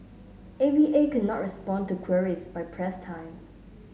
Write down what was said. A V A could not respond to queries by press time